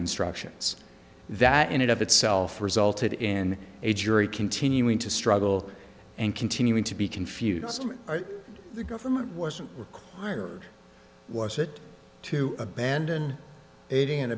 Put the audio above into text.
instructions that ended up itself resulted in a jury continuing to struggle and continuing to be confused the government wasn't required was it to abandon aiding and